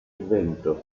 vento